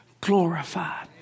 glorified